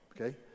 okay